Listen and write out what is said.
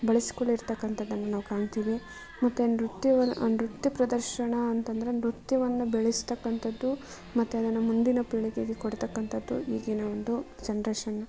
ಬಳಸಿಕೊಂಡಿರ್ತಕ್ಕಂತದನ್ನು ನಾವು ಕಾಣ್ತೀವಿ ಮತ್ತು ನೃತ್ಯವನ್ನು ನೃತ್ಯ ಪ್ರದರ್ಶನ ಅಂತಂದರೆ ನೃತ್ಯವನ್ನು ಬೆಳೆಸತಕ್ಕಂಥದ್ದು ಮತ್ತು ಅದನ್ನು ಮುಂದಿನ ಪೀಳಿಗೆಗೆ ಕೊಡತಕ್ಕಂಥದ್ದು ಈಗಿನ ಒಂದು ಜನ್ರೇಷನ್